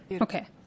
okay